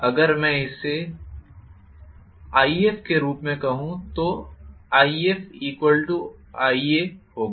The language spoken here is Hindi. अगर मैं इसे I अगर मैं इसे If के रूप में कहूं तो IfIaहोगा